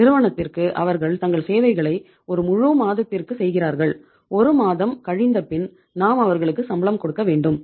நிறுவனத்திற்கு அவர்கள் தங்கள் சேவைகளை ஒரு முழு மாதத்திற்கு செய்கிறார்கள் ஒரு மாதம் கழிந்த பின் நாம் அவர்களுக்கு சம்பளம் கொடுக்க வேண்டும்